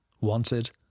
wanted